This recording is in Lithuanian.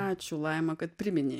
ačiū laima kad priminei